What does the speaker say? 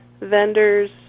vendors